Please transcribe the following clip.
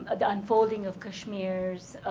ah the unfolding of kashmir's